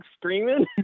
screaming